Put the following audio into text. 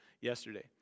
yesterday